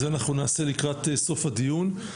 את זה אנחנו נעשה לקראת סוף הדיון.